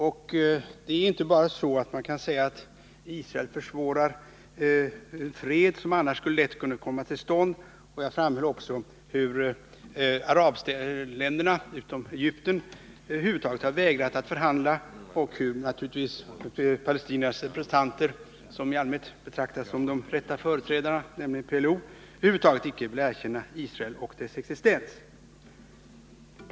Man kan inte bara säga att Israel försvårar en fred som annars lätt skulle komma till stånd. Jag framhöll också hur arabländerna utom Egypten över huvud taget har vägrat att behandla och hur palestiniernas representanter, de som i allmänhet betraktas som de rätta företrädarna nämligen PLO, över huvud taget icke vill erkänna Israel och dess existens.